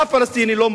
אף פלסטיני,